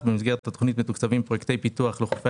במסגרת התוכנית מתוקצבים פרויקטי פיתוח לחופי